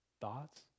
thoughts